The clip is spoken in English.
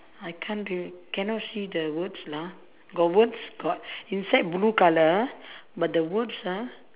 I can't ge~ cannot see the words lah got words got inside blue colour but the words ah